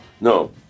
No